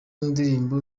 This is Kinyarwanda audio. ndirimbo